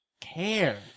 care